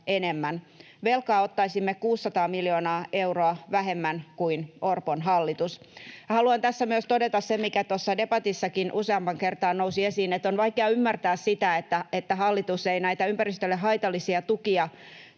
Velkaa ottaisimme 600 miljoonaa euroa vähemmän kuin Orpon hallitus. Haluan tässä myös todeta sen, mikä tuossa debatissakin useampaan kertaan nousi esiin, että on vaikea ymmärtää sitä, että hallitus ei näitä ympäristölle haitallisia tukia kykene